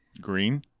Green